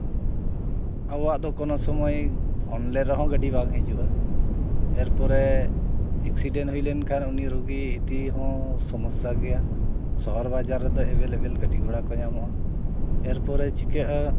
ᱟᱵᱚᱣᱟᱜ ᱫᱚ ᱠᱚᱱᱳ ᱥᱚᱢᱚᱭ ᱯᱷᱳᱱ ᱞᱮ ᱨᱮᱦᱚᱸ ᱜᱟᱹᱰᱤ ᱵᱟᱝ ᱦᱤᱡᱩᱜᱼᱟ ᱮᱨᱯᱚᱨᱮ ᱮᱠᱥᱤᱰᱮᱱ ᱦᱩᱭ ᱞᱮᱱᱠᱷᱟᱱ ᱩᱱᱤ ᱨᱩᱜᱤ ᱤᱫᱤᱦᱚᱸ ᱥᱚᱢᱚᱥᱥᱟ ᱜᱮᱭᱟ ᱥᱚᱦᱚᱨ ᱵᱟᱡᱟᱨ ᱨᱮᱫᱚ ᱮᱵᱮᱞᱼᱮᱵᱮᱞ ᱜᱟᱹᱰᱤ ᱜᱷᱚᱬᱟ ᱠᱚ ᱧᱟᱢᱚᱜᱼᱟ ᱮᱨᱯᱚᱨᱮ ᱪᱤᱠᱟᱹᱜᱼᱟ